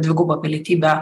dvigubą pilietybę